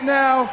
now